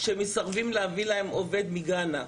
שמסרבים להביא להם עובד מגאנה.